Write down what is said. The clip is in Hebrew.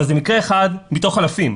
אבל זה מקרה אחד מתוך אלפים.